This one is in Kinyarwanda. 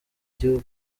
gihugu